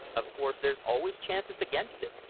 of course there's always chances against it.